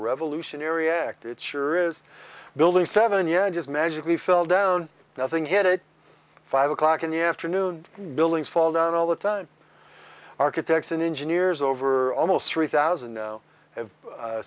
revolutionary act it sure is building seven yeah just magically fell down nothing had it five o'clock in the afternoon and buildings fall down all the time architects and engineers over almost three thousand